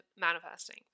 manifesting